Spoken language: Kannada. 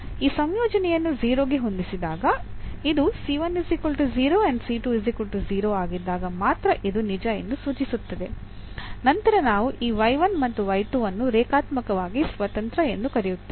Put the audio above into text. ಈ ಸಂಯೋಜನೆಯನ್ನು 0 ಗೆ ಹೊಂದಿಸಿದಾಗ ಇದು ಆಗಿದ್ದಾಗ ಮಾತ್ರ ಇದು ನಿಜ ಎಂದು ಸೂಚಿಸುತ್ತದೆ ನಂತರ ನಾವು ಈ ಮತ್ತು ಅನ್ನು ರೇಖಾತ್ಮಕವಾಗಿ ಸ್ವತಂತ್ರ ಎಂದು ಕರೆಯುತ್ತೇವೆ